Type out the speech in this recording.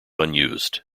unused